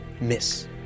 Miss